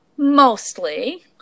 Mostly